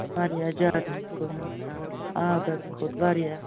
واریاہ زیادٕ حظ گوٚو نۄقصان آب حظ کھوٚت واریاہ